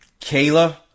Kayla